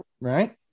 right